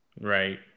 right